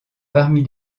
parmi